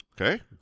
Okay